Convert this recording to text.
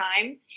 time